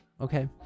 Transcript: Okay